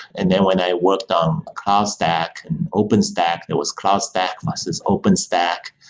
and then when i worked on cloud stack and open stack, there was cloud stack versus open stack.